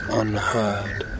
unheard